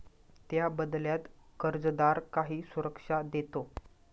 त्या बदल्यात कर्जदार काही सुरक्षा देतो